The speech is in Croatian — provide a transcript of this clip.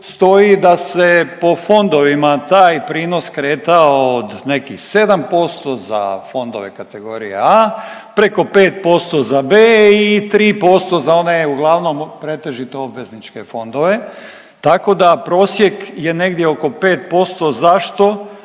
stoji da se po fondovima taj prinos kretao od nekih 7% za fondove kategorije A, preko 5% za B i 3% za one uglavnom pretežito obvezničke fondove tako da prosjek je negdje oko 5%, zašto.